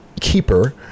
Keeper